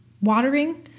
Watering